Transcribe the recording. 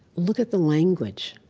look at the language.